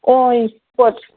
ꯑꯣꯏ ꯄꯣꯠ